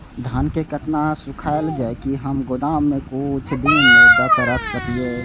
धान के केतना सुखायल जाय की हम गोदाम में कुछ दिन तक रख सकिए?